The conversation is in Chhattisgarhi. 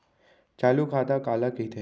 चालू खाता काला कहिथे?